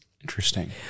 Interesting